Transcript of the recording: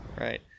right